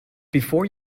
before